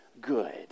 good